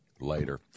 Later